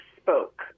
spoke